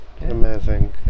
amazing